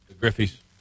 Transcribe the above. Griffey's